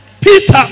Peter